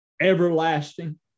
everlasting